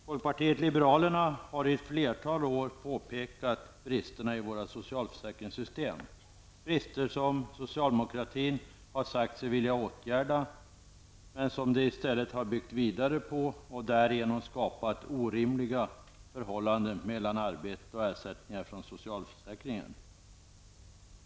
Folkpartiet liberalerna har i ett flertal år påpekat bristerna i våra socialförsäkringssystem, brister som socialdemokraterna har sagt sig vilja åtgärda, men som de i stället har byggt vidare på och därigenom skapat orimliga förhållanden mellan arbete och ersättningar från socialförsäkringen.